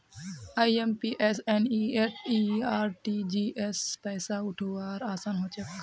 IMPS NEFT RTGS स पैसा पठऔव्वार असान हछेक